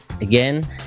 again